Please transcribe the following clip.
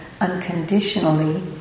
unconditionally